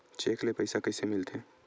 Cheque ले पईसा कइसे मिलथे?